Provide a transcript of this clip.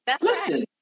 Listen